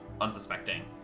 unsuspecting